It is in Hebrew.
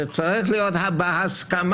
זה צריך להיות בהסכמה.